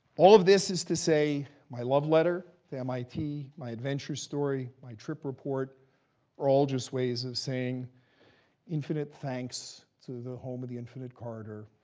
all of this is to say, my love letter to mit, my adventure story, my trip report are all just ways of saying infinite thanks to the home of the infinite corridor,